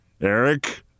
Eric